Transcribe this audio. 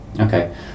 Okay